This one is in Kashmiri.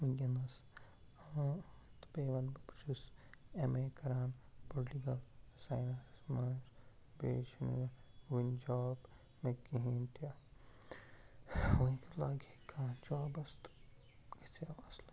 ؤنکیٚنَس بیٚیہِ وَنہٕ بہٕ بہٕ چھُس ایم اے کران پُلٹِکَل سایِنَسَس منٛز بہٕ چھِ ؤنۍ جاب مےٚ کِہیٖنۍ تہِ ؤنۍ لاگِہے کانٛہہ جابَس تہٕ گژھِ ہَو اصٕلٕے